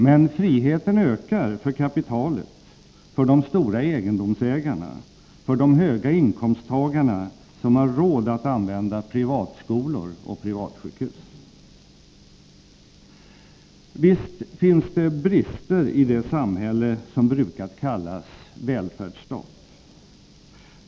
Men friheten ökar för kapitalet, för de stora egendomsägarna, för höginkomsttagarna som har råd att använda privatskolor och privatsjukhus. Visst finns det brister i det samhälle som brukat kallas välfärdsstat.